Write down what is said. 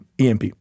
EMP